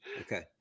Okay